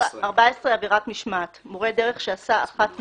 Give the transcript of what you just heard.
14. עבירת משמעת 14. מורה דרך שעשה אחת מאלה,